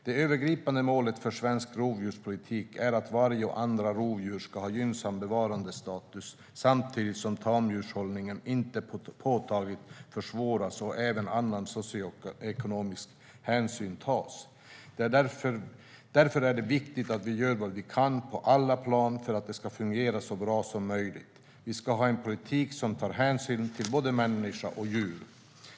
Det övergripande målet för svensk rovdjurspolitik är att varg och andra rovdjur ska ha gynnsam bevarandestatus samtidigt som tamdjurshållning inte påtagligt försvåras och även annan socioekonomisk hänsyn tas. Därför är det viktigt att vi gör vad vi kan på alla plan för att det ska fungera så bra som möjligt. Vi ska ha en politik som tar hänsyn till både människa och djur.